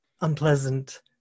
unpleasant